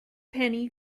penny